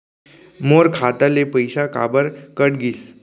मोर खाता ले पइसा काबर कट गिस?